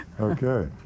okay